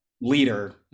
leader